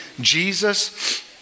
Jesus